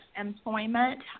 employment